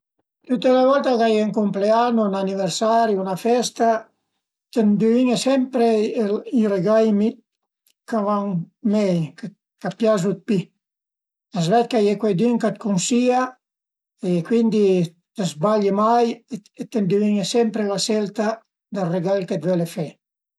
Tüte le volte ch'a ie ün compleanno, ün aniversari o 'na festa t'induvin-e sempre i regai mi- ch'a van mei, ch'a t'piazu pi. A s'ved ch'a ie cuaidün ch'a t'cunsìa e cuindi t'zbaglie mai e t'induvin-e sempre la scelta dël regal che t'deve fe